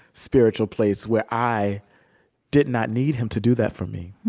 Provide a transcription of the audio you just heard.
spiritual place where i did not need him to do that for me